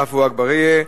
עפו אגבאריה,